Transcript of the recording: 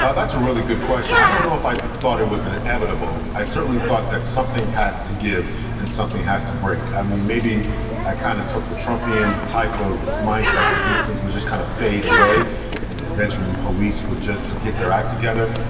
ah that's a really good question. i don't know if i thought it was an inevitable. i certainly thought that something has to give and something has to break. i mean, maybe i kind of took the trump in type of mindset that these things was just kind of fade away and eventually police would just get their act together.